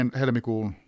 helmikuun